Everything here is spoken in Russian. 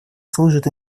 служит